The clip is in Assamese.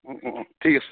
অঁ অঁ অঁ ঠিক আছে